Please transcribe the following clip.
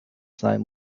sein